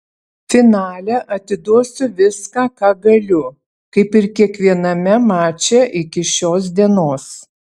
finale atiduosiu viską ką galiu kaip ir kiekviename mače iki šios dienos